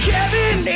Kevin